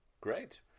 Great